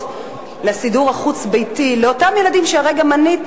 לסידור החוץ-ביתי לאותם ילדים שהרגע מניתי,